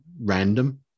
random